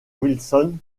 wilson